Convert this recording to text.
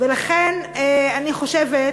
ולכן אני חושבת,